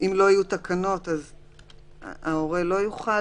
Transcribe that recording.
אם לא יהיו תקנות, ההורה לא יוכל?